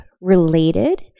related